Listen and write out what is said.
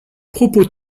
propos